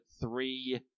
three